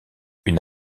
une